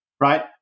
right